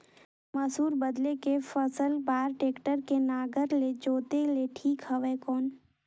मसूर बदले के फसल बार टेक्टर के नागर ले जोते ले ठीक हवय कौन?